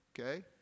Okay